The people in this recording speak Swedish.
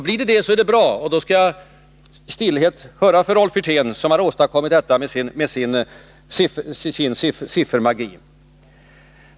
Blir det så, är det bra, och då skall jag i stillhet hurra för Rolf Wirtén, som har åstadkommit detta med sin siffermagi.